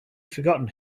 forgotten